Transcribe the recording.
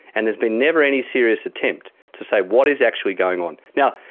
and there's been never any serious attempt to say what is actually going on. now,